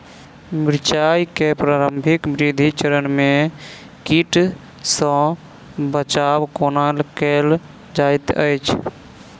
मिर्चाय केँ प्रारंभिक वृद्धि चरण मे कीट सँ बचाब कोना कैल जाइत अछि?